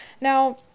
Now